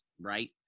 right